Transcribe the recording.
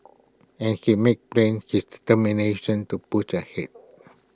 and he made plain his determination to push ahead